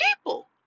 people